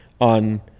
on